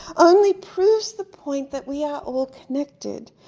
only proves the point that we are all connected.